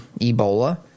Ebola